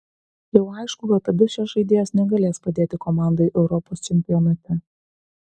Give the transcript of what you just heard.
jau aišku kad abi šios žaidėjos negalės padėti komandai europos čempionate